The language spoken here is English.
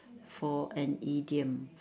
for an idiom